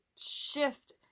shift